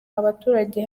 abaturage